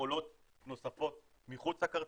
יכולות נוספות מחוץ לכרטיס,